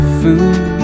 food